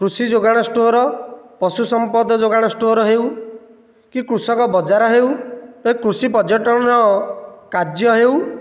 କୃଷି ଯୋଗାଣ ଷ୍ଟୋର ପଶୁ ସମ୍ପଦ ଯୋଗାଣ ଷ୍ଟୋର ହେଉ କି କୃଷକ ବଜାର ହେଉ କୃଷି ପର୍ଯ୍ୟଟନ କାର୍ଯ୍ୟ ହେଉ